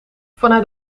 vanuit